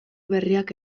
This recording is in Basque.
berriak